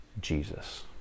Jesus